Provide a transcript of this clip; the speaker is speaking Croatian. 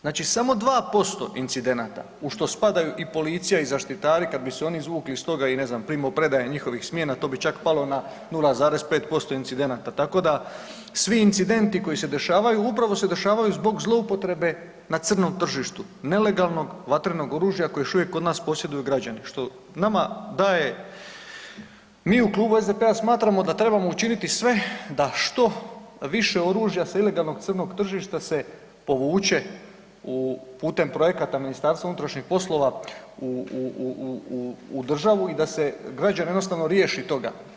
Znači samo 2% incidenata, u što spadaju i policija i zaštitari, kad bi se oni izvukli iz toga i ne znam, primopredaja njihovih smjena, to bi čak palo na 0,5% incidenata, tako da svi incidenti koji se dešavaju, upravo se dešavaju zbog zloupotrebe na crnom tržištu, nelegalnog vatrenog oružja koje još uvijek kod nas posjeduju građani, što nama daje, mi u Klubu SDP-a smatramo da trebamo učiniti sve da što više oružja sa ilegalnog crnog tržišta se povuče u, putem projekata MUP-a u državu i da se građani jednostavno riješi toga.